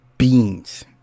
Beans